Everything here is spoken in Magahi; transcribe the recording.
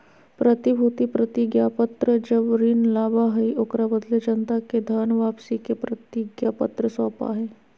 प्रतिभूति प्रतिज्ञापत्र जब ऋण लाबा हइ, ओकरा बदले जनता के धन वापसी के प्रतिज्ञापत्र सौपा हइ